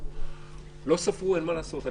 לא ספרו, אין מה לעשות.